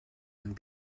and